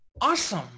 Awesome